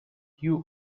you